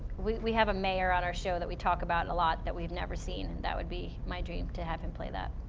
we have a mayor on our show that we talk about a lot that we've never seen and that would be my dream to have him play that.